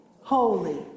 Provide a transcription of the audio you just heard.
Holy